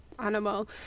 animal